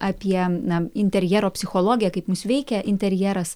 apie na interjero psichologiją kaip mus veikia interjeras